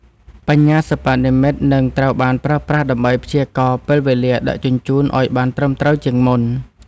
បញ្ញាសិប្បនិម្មិត នឹងត្រូវបានប្រើប្រាស់ដើម្បីព្យាករណ៍ពេលវេលាដឹកជញ្ជូនឱ្យបានត្រឹមត្រូវជាងមុន។